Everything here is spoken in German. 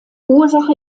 ursache